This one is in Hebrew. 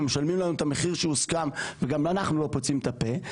הם משלמים לנו את המחיר שהוסכם וגם אנחנו לא פוצים את הפה,